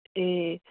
ए